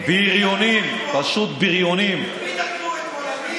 את מי דקרו אתמול?